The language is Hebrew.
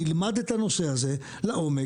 נלמד את הנושא הזה לעומק,